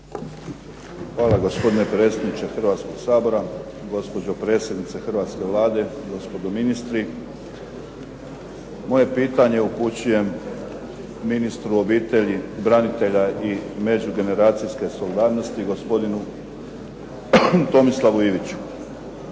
Hvala gospodine predsjedniče Hrvatskog sabora. Gospođo predsjednice hrvatske Vlade, gospodo ministri. Moje pitanje upućujem ministru obitelji, branitelja i međugeneracijske solidarnosti gospodinu Tomislavu Iviću,